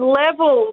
level